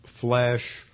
flesh